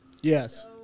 Yes